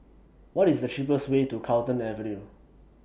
What IS The cheapest Way to Carlton Avenue